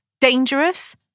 Dangerous